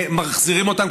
מחזירים אותם,